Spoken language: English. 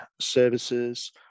services